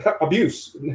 abuse